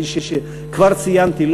כפי שכבר ציינתי,